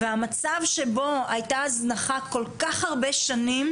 והמצב שבו היתה הזנחה כל כך הרבה שנים,